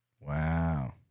Wow